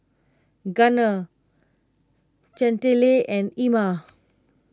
Gunner Chantelle and Ima